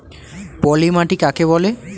পলি মাটি কাকে বলে?